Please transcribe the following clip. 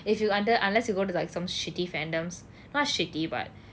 if you under unless you go to like some shitty fandoms not shitty but